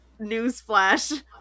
newsflash